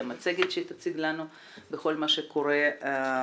שהיא תציג לנו פה מצגת בכל מה שקורה בנושא.